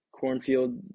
Cornfield